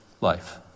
life